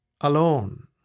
alone